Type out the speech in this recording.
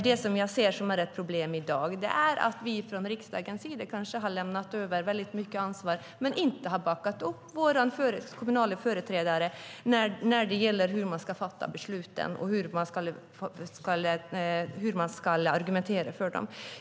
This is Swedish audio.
Jag ser det som ett problem i dag är att vi från riksdagens sida kanske har lämnat över väldigt mycket ansvar men inte backat upp våra kommunala företrädare när det gäller hur man ska fatta besluten och hur man ska argumentera för dem.